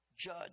judge